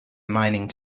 mining